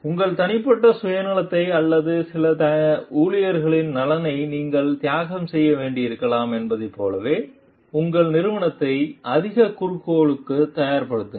உங்கள் தனிப்பட்ட சுயநலத்தை அல்லது சில ஊழியர்களின் நலனை நீங்கள் தியாகம் செய்ய வேண்டியிருக்கலாம் என்பதைப் போலவே உங்கள் நிறுவனத்தை அதிக குறிக்கோளுக்குத் தயார்படுத்துங்கள்